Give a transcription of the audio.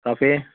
coffee